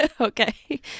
Okay